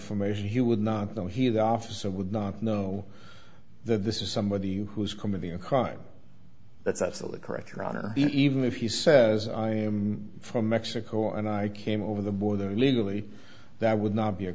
from asia you would not know he the officer would not know that this is somebody who's committing a crime that's absolutely correct your honor even if he says i'm from mexico and i came over the border illegally that would not be a